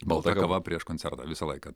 balta kava prieš koncertą visą laiką